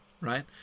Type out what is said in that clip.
right